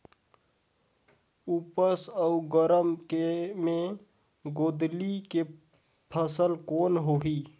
उमस अउ गरम मे गोंदली के फसल कौन होही?